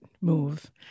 move